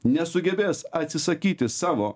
nesugebės atsisakyti savo